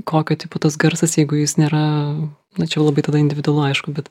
kokio tipo tas garsas jeigu jis nėra na čia jau labai tada individualu aišku bet